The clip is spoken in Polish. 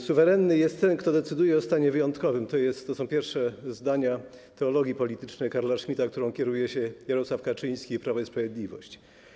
Suwerenny jest ten, kto decyduje o stanie wyjątkowym” - to jest pierwsze zdanie „Teologii politycznej” Carla Schmitta, którą kieruje się Jarosław Kaczyński i Prawo i Sprawiedliwość.